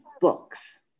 books